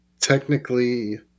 technically